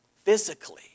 physically